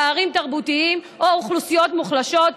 פערים תרבותיים או אוכלוסיות מוחלשות,